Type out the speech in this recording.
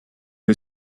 who